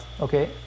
Okay